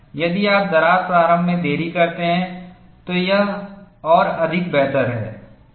यदि आप दरार प्रारंभ में देरी करते हैं तो यह और अधिक बेहतर है